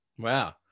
Wow